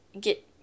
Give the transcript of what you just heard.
get